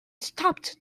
stopped